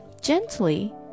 gently